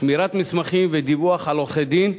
שמירת מסמכים ודיווח על עורכי-דין,